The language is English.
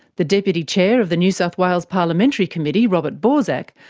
the deputy chair of the new south wales parliamentary committee, robert borsak,